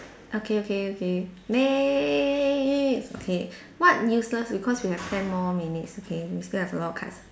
okay okay okay next okay what useless because we have ten more minutes okay we still have a lot of cards